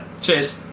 Cheers